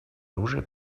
оружие